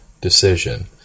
decision